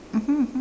mmhmm mmhmm